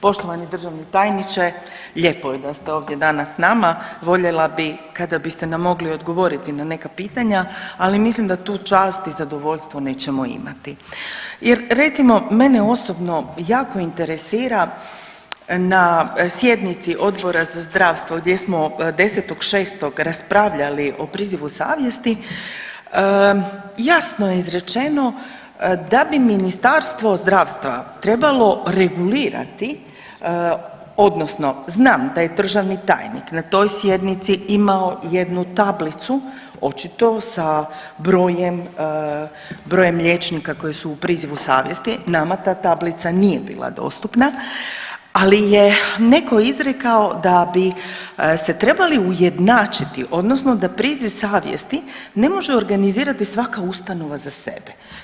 Poštovani državni tajniče lijepo je da ste ovdje danas s nama, voljela bi kada biste nam mogli odgovoriti na neka pitanja, ali mislim da tu čast i zadovoljstvo nećemo imati jer recimo mene osobno jako interesira na sjednici Odbora za zdravstvo gdje smo 10.6. raspravljali i prizivu savjesti jasno je izrečeno da bi Ministarstvo zdravstva trebalo regulirati odnosno znam da je državni tajnik na toj sjednici imao jednu tablicu očito sa brojem, brojem liječnika koji su u prizivu savjesti, nama ta tablica nije bila dostupna, ali je neko izrekao da bi se trebali ujednačiti odnosno da priziv savjesti ne može organizirati svaka ustanova za sebe.